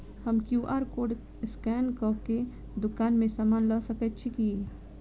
हम QR code scan कऽ केँ दुकान मे समान लऽ सकैत छी की?